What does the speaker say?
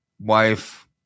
wife